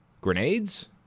Grenades